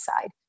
side